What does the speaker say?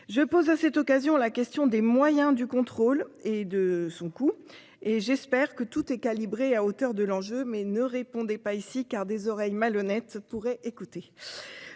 Je pose à cette occasion, la question des moyens du contrôle et de son coût et j'espère que tout est calibré à hauteur de l'enjeu mais ne répondait pas ici car des oreilles malhonnête pourrait, écoutez.